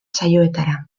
saioetara